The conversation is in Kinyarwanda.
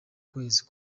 kwezi